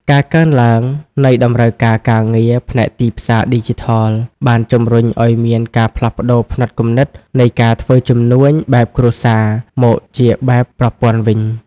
ការកើនឡើងនៃតម្រូវការការងារផ្នែកទីផ្សារឌីជីថល បានជំរុញឱ្យមានការផ្លាស់ប្តូរផ្នត់គំនិតនៃការធ្វើជំនួញបែបគ្រួសារមកជាបែបប្រព័ន្ធវិញ។